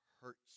hurts